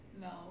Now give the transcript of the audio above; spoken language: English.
No